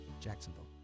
Jacksonville